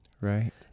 right